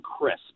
crisp